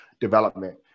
development